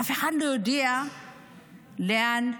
אף אחד לא יודע לאן נעלמו.